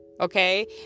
okay